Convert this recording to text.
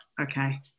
okay